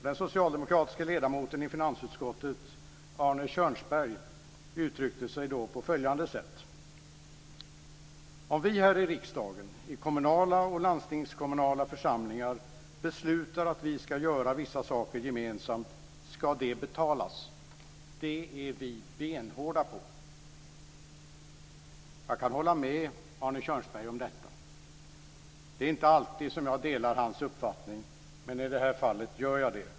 Den socialdemokratiske ledamoten i finansutskottet, Arne Kjörnsberg, uttryckte sig då på följande sätt: "Om vi här i riksdagen, i kommunala och landstingskommunala församlingar beslutar att vi ska göra vissa saker gemensamt, ska det betalas. Det är vi benhårda på". Jag kan hålla med Arne Kjörnsberg om detta. Det är inte alltid jag delar hans uppfattning, men i det här fallet gör jag det.